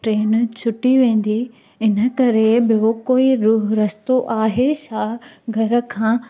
train छुटी वेंदी इनकरे ॿियो कोई रूह रस्तो आहे छा घर खां